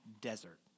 desert